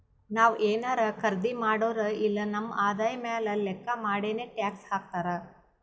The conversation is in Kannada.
ನಾವ್ ಏನಾರೇ ಖರ್ದಿ ಮಾಡುರ್ ಇಲ್ಲ ನಮ್ ಆದಾಯ ಮ್ಯಾಲ ಲೆಕ್ಕಾ ಮಾಡಿನೆ ಟ್ಯಾಕ್ಸ್ ಹಾಕ್ತಾರ್